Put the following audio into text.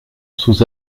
sous